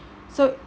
so